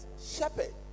shepherd